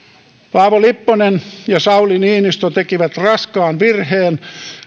paavo lipponen ja sauli niinistö tekivät raskaan virheen